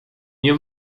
nie